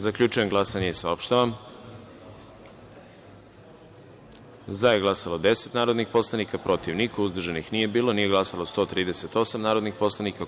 Zaključujem glasanje i saopštavam: za – 10 narodnih poslanika, protiv – niko, uzdržan – niko, nije glasalo 138 narodnih poslanika.